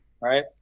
right